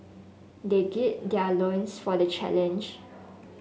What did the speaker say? they gird their loins for the challenge